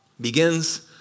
Begins